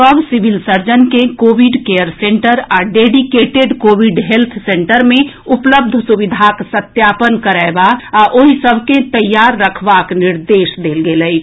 सभ civil surgeon के Covid care centre आ डेडिकेटेड कोविड हेल्थ सेन्टर मे उपलब्ध सुविधाक सत्यापन करएबा आ ओहि सभ के रखबाक निर्देश देल गेल अछि